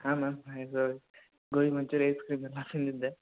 ಹಾಂ ಮ್ಯಾಮ್ ಹಾಂ ಇದು ಗೋಬಿ ಮಂಚೂರಿ ಐಸ್ಕ್ರೀಮ್ ಎಲ್ಲ ತಿಂದಿದ್ದೆ